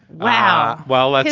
wow. well, like